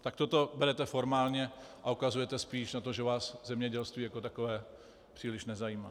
Takto to berete formálně a ukazujete spíš, že vás zemědělství jako takové příliš nezajímá.